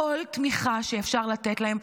כל תמיכה שאפשר לתת להם,